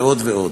ועוד ועוד.